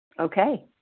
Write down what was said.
Okay